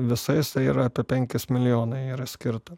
visais tai yra apie penkis milijonai yra skirta